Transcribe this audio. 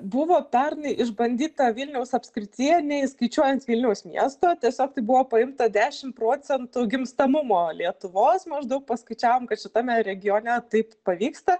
buvo pernai išbandyta vilniaus apskrityje neįskaičiuojant vilniaus miesto tiesiog tai buvo paimta dešim procentų gimstamumo lietuvos maždaug paskaičiavom kad šitame regione taip pavyksta